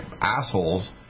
assholes